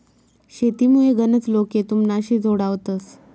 शेतीमुये गनच लोके तुमनाशी जोडावतंस